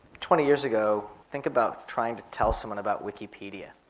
twenty years ago think about trying to tell someone about wikipedia.